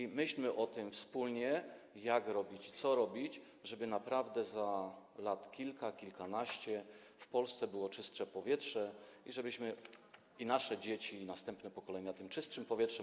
I myślmy o tym wspólnie, jak robić i co robić, żeby naprawdę za kilka, kilkanaście lat w Polsce było czystsze powietrze i żebyśmy - i nasze dzieci, i następne pokolenia - oddychali czystszym powietrzem.